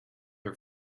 her